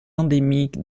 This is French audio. endémique